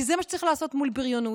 כי זה מה שצריך לעשות מול בריונות,